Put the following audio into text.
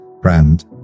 brand